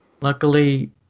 luckily